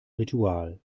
ritual